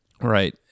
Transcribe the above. right